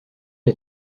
les